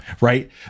right